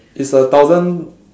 it's a thousand